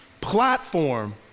platform